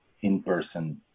in-person